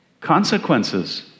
consequences